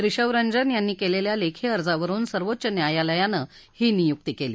रिशव रंजन यांनी केलेल्या लेखी अर्जावरुन सर्वोच्च न्यायालयाने ही नियुक्ती केली